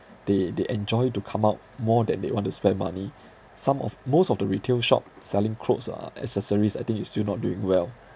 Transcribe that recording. they they enjoy to come out more than they want to spend money some of most of the retail shop selling clothes uh accessories I think is still not doing well